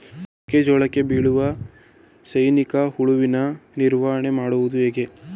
ಮೆಕ್ಕೆ ಜೋಳಕ್ಕೆ ಬೀಳುವ ಸೈನಿಕ ಹುಳುವಿನ ನಿರ್ವಹಣೆ ಮಾಡುವುದು ಹೇಗೆ?